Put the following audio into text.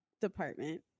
department